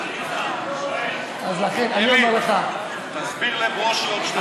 אני אומר לך, תסביר לברושי עוד שתי דקות.